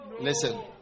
Listen